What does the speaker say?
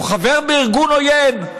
או חבר בארגון עוין,